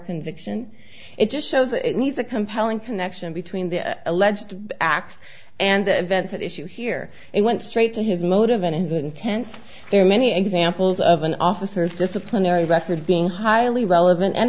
conviction it just shows it needs a compelling connection between the alleged acts and events at issue here and went straight to his motive and intent there are many examples of an officer disciplinary record being highly relevant and